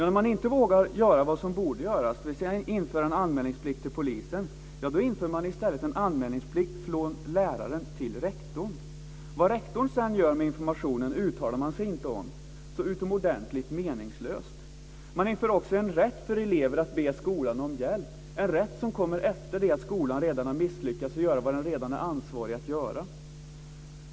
När man inte vågar göra vad som borde göras - införa en anmälningsplikt till polisen - inför man i stället en anmälningsplikt för läraren till rektorn. Vad rektorn sedan gör med informationen uttalar man sig inte om. Så utomordentligt meningslöst! Man inför också en rätt för elever att be skolan om hjälp, en rätt som kommer efter det att skolan redan har misslyckats med att göra det som den är ansvarig att göra.